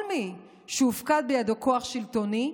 כל מי שהופקד בידו כוח שלטוני,